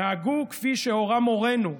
נהגו כפי שהורה מורנו,